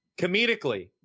Comedically